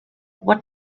what